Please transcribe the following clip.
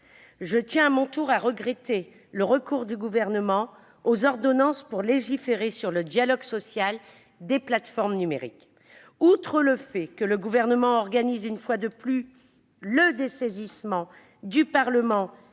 regrette à mon tour que le Gouvernement recoure aux ordonnances pour légiférer sur le dialogue social des plateformes numériques. Outre le fait que le Gouvernement organise, une fois de plus, le dessaisissement du Parlement,